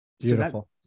Beautiful